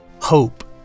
Hope